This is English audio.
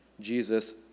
Jesus